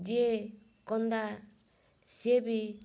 ଯିଏ କନ୍ଦା ସିଏ ବି